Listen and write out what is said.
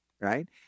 right